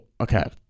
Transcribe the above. okay